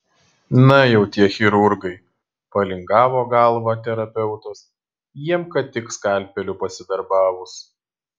na jau tie chirurgai palingavo galvą terapeutas jiems kad tik skalpeliu pasidarbavus